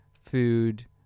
food